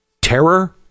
Terror